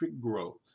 growth